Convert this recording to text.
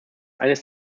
eines